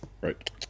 Right